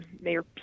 Mayor